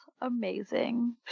amazing